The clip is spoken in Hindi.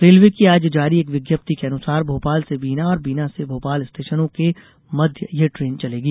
रेलवे की आज जारी एक विज्ञप्ति के अनुसार भोपाल से बीना और बीना से भोपाल स्टेशनों के मध्य यह ट्रेन चलेगी